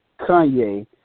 Kanye